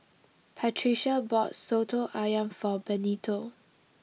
Patricia bought Soto Ayam for Benito